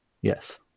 Yes